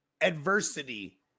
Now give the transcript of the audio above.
adversity